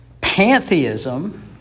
Pantheism